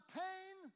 pain